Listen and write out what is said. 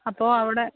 അപ്പോൾ അവിടെ